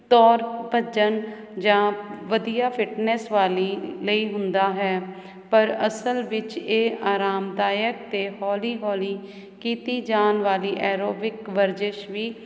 ਦੌੜ ਭੱਜਣ ਜਾਂ ਵਧੀਆ ਫਿਟਨੈਸ ਵਾਲੀ ਲਈ ਹੁੰਦਾ ਹੈ ਪਰ ਅਸਲ ਵਿੱਚ ਇਹ ਆਰਾਮਦਾਇਕ ਅਤੇ ਹੌਲੀ ਹੌਲੀ ਕੀਤੀ ਜਾਣ ਵਾਲੀ ਐਰੋਬਿਕ ਵਰਜਿਸ਼ ਵੀ